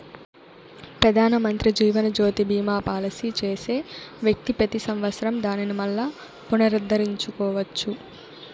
పెదానమంత్రి జీవనజ్యోతి బీమా పాలసీ చేసే వ్యక్తి పెతి సంవత్సరం దానిని మల్లా పునరుద్దరించుకోవచ్చు